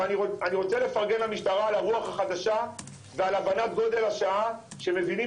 אבל אני רוצה לפרגן למשטרה על הרוח החדשה ועל הבנת גודל השעה שמבינים